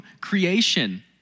creation